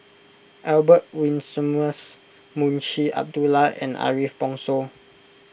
Albert Winsemius Munshi Abdullah and Ariff Bongso